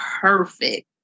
Perfect